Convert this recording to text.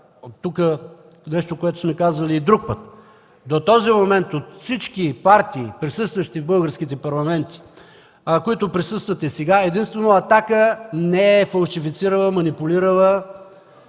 тук нещо, което сме казвали и друг път. До този момент от всички партии, присъстващите в българските парламенти, които и сега присъстват, единствено „Атака” не е фалшифицирала и манипулирала